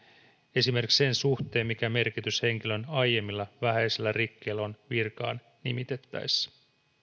esimerkiksi sen suhteen mikä merkitys henkilön aiemmilla vähäisillä rikkeillä on virkaan nimitettäessä